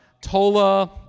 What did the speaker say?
Tola